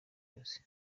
yose